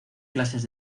clases